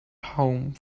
home